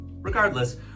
Regardless